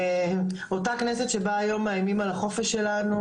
אותה כנסת שבה היום מאיימים על החופש שלנו,